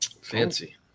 Fancy